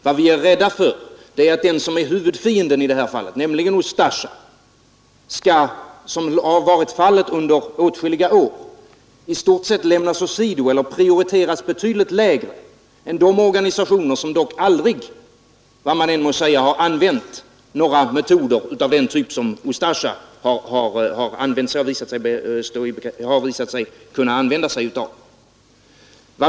Vad vi är rädda för är att huvudfienden i det här fallet, nämligen Ustasja, skall såsom har varit fallet under åtskilliga år i stort sett lämnas åsido eller prioriteras betydligt lägre än de organisationer som dock aldrig — vad man än må säga — använt några metoder av den typ som Ustasja har visat sig kunna använda.